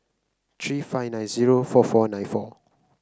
three five nine zero four four nine four